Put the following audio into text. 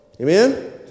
Amen